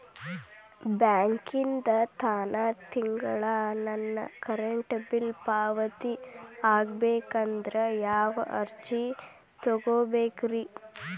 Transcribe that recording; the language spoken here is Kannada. ಬ್ಯಾಂಕಿಂದ ತಾನ ತಿಂಗಳಾ ನನ್ನ ಕರೆಂಟ್ ಬಿಲ್ ಪಾವತಿ ಆಗ್ಬೇಕಂದ್ರ ಯಾವ ಅರ್ಜಿ ತುಂಬೇಕ್ರಿ?